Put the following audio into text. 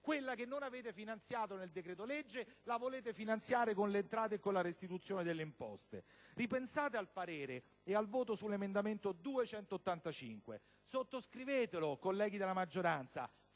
quella che non avete finanziato nel decreto-legge, volete finanziarla con le entrate e con la restituzione delle imposte! Ripensate al parere e al voto sull'emendamento 2.185 e sottoscrivetelo, colleghi della maggioranza,